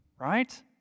Right